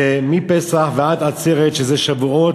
מפסח ועד עצרת שזה שבועות.